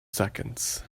seconds